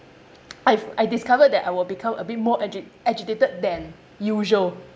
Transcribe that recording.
I've I discovered that I will become a bit more agi~ agitated than usual